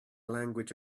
language